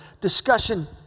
discussion